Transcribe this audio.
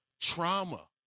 trauma